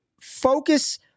focus